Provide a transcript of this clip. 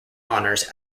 honors